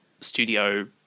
studio